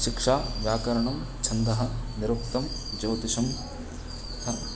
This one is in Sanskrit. शिक्षा व्याकरणं छन्दः निरुक्तं ज्योतिषं अथ